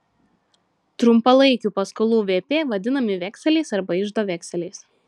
trumpalaikių paskolų vp vadinami vekseliais arba iždo vekseliais